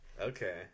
Okay